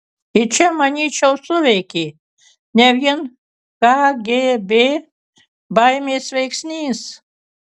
ir čia manyčiau suveikė ne vien kgb baimės veiksnys